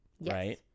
right